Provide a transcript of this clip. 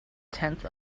tenth